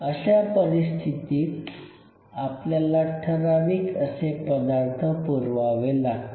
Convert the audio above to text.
अशा परिस्थितीत आपल्याला ठराविक असे पदार्थ पुरवावे लागतील